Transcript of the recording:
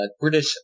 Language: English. British